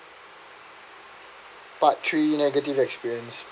part three negative experience